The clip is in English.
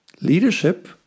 leadership